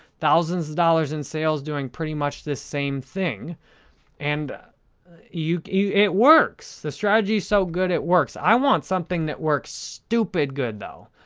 thousands of dollars in sales doing pretty much this same thing and yeah it works. the strategy's so good it works. i want something that works stupid good though.